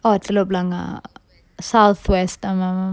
oh telok blangah south west ஆமாமாமா:aamamama